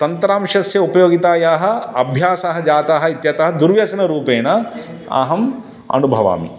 तन्त्रांशस्य उपयोगितायाः अभ्यासः जातः इत्यतः दुर्व्यसनरूपेण अहम् अनुभवामि